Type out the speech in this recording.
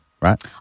right